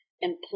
employ